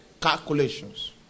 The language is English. calculations